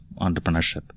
entrepreneurship